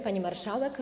Pani Marszałek!